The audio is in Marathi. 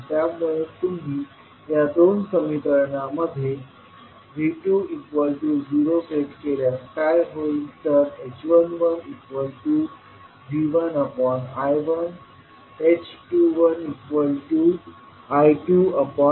त्यामुळे तुम्ही या दोन समीकरणा मध्ये V20 सेट केल्यास काय होईल तर h11V1I1h21I2I1 होईल